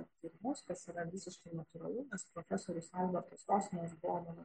tyrimus kas yra visiškai natūralu nes profesorius albertas rosinas buvo mano